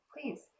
Please